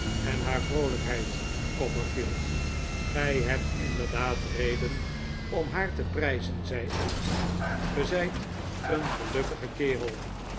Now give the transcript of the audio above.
en haar vroolijkheid copperfield gij hebt inderdaad reden om haar te prijzen zei ik ge zijt een gelukkige kerel